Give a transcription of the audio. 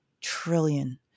trillion